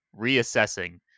Reassessing